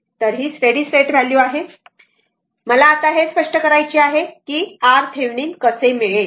तर ही steady state value आहे मला आता हे स्पष्ट करायचे आहे की ते RThevenin कसे मिळेल